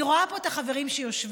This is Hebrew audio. אני רואה פה את החברים שיושבים,